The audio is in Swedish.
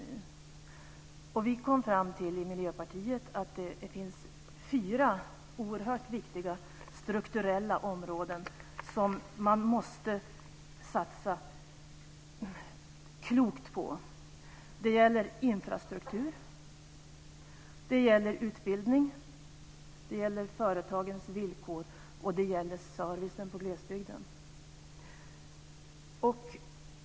Vi i Miljöpartiet kom fram till att det finns fyra oerhört viktiga strukturella områden som man måste satsa klokt på. Det gäller infrastruktur, det gäller utbildning, det gäller företagens villkor och det gäller servicen i glesbygden.